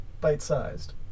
bite-sized